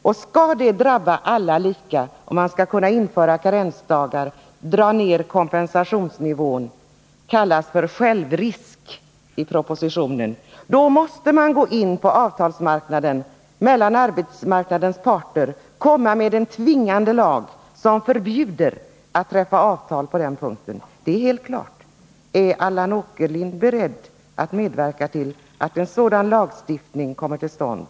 Och skall alla drabbas lika av att man inför karensdagar och drar ner kompensationsnivån — det kallas för självrisk i propositionen — då måste man gå in på avtalen mellan arbetsmarknadens parter och komma med en tvingande lag som förbjuder parterna att träffa avtal på den här punkten. Det är helt klart. Är Allan Åkerlind beredd att medverka till att en sådan lagstiftning kommer till stånd?